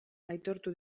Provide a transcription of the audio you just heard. aitortu